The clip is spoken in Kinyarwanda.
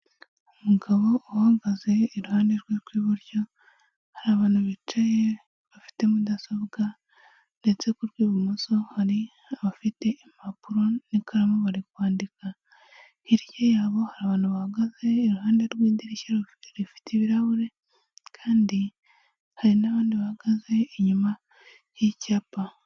Umugabo uhagaze iruhande rwe rw'iburyo hari abantu bicaye bafite mudasobwa, ndetse ku rw'ibumoso hari abafite impapuro n'ikaramu bari kwandika, hirya yabo hari abantu bahagaze iruhande rw'idirishya bafite rifite ibirahure, kandi hari n'abandi bahagaze inyuma y'icyapa.